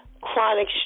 chronic